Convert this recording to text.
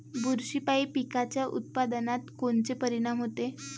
बुरशीपायी पिकाच्या उत्पादनात कोनचे परीनाम होते?